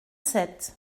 sept